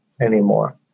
anymore